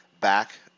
back